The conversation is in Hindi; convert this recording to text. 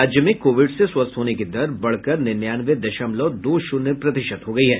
राज्य में कोविड से स्वस्थ होने की दर बढ़कर निन्यानवे दशमलव दो शून्य प्रतिशत हो गई है